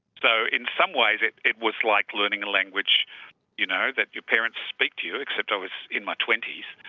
so in some ways it it was like learning a language you know that your parents speak to you, except i was in my twenty s.